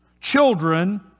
children